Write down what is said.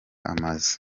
amazu